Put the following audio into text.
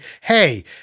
hey